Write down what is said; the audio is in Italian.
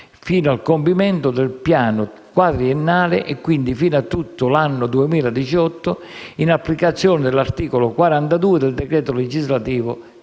fino al compimento del piano quadriennale e quindi fino a tutto l'anno 2018 in applicazione dell'articolo 42 del decreto legislativo